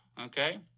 okay